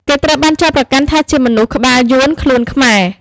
គេត្រូវបានចោទប្រកាន់ថាជាមនុស្ស "ក្បាលយួន ខ្លួនខ្មែរ”។